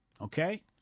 Okay